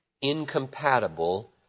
incompatible